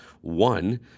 One